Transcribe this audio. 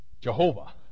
Jehovah